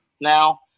now